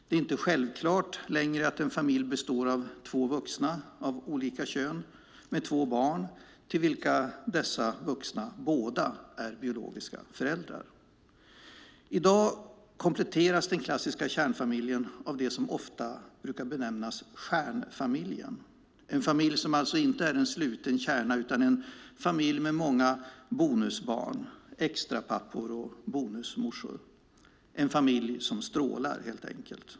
Det är inte längre självklart att en familj består av två vuxna av olika kön med två barn till vilka dessa vuxna båda är biologiska föräldrar. I dag kompletteras den klassiska kärnfamiljen av det som ofta brukar benämnas "stjärnfamiljen", en familj som alltså inte är en sluten kärna utan en familj med många bonusbarn, extrapappor och bonusmorsor, en familj som strålar.